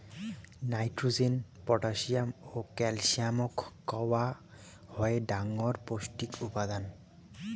nitrogen, potassium ও ক্যালসিয়ামক কওয়া হই ডাঙর পৌষ্টিক উপাদান